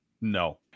No